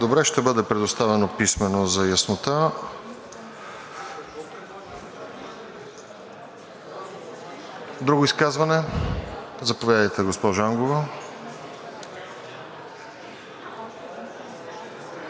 Добре, ще бъде предоставено писмено за яснота. Друго изказване? Заповядайте, госпожо Ангова.